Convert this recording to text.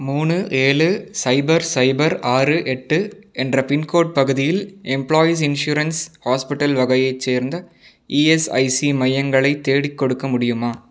மூணு ஏழு சைபர் சைபர் ஆறு எட்டு என்ற பின்கோட் பகுதியில் எம்ப்ளாயீஸ் இன்சூரன்ஸ் ஹாஸ்பிட்டல் வகையைச் சேர்ந்த இஎஸ்ஐசி மையங்களை தேடிக்கொடுக்க முடியுமா